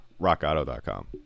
rockauto.com